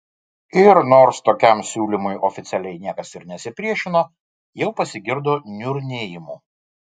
ir nors tokiam siūlymui oficialiai niekas ir nesipriešino jau pasigirdo niurnėjimų